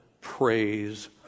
praise